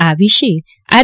આ વિશે આર